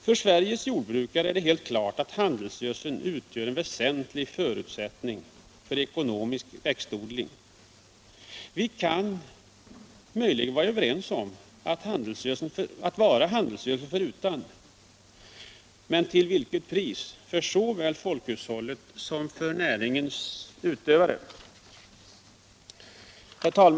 För Sveriges jordbrukare är det helt klart att handelsgödseln utgör en väsentlig förutsättning för ekonomisk växtodling. Vi kan möjligen vara överens om att vi kan klara oss utan handelsgödsel, men till vilket pris för såväl folkhushållet som för näringens utövare! Herr talman!